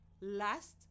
Last